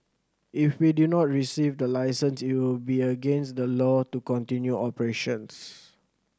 if we do not receive the license it will be against the law to continue operations